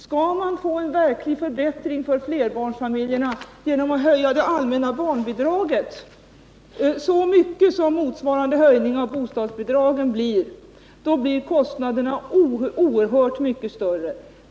Skall man få till stånd en verklig förbättring för flerbarns familjerna genom att höja det allmänna barnbidraget så att det ger samma resultat som den här höjningen av bostadsbidraget, blir kostnaderna oerhört mycket större.